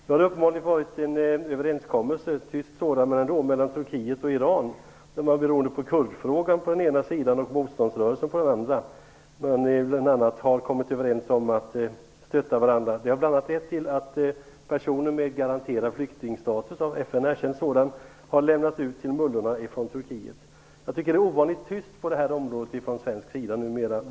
Det har uppenbarligen varit en överenskommelse - en tyst sådan, men ändå - mellan Turkiet och Iran där man beroende på kurdfrågan på den ena sidan och motståndsrörelsen på den andra sidan närmast har kommit överens om att stötta varandra. Det har bl.a. lett till att personer med garanterad flyktingstatus - av FN erkänd sådan - har lämnats ut från Turkiet till mullorna. Jag tycker att det är ovanligt tyst på det här området från svensk sida numera.